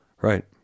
right